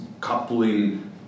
coupling